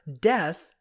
death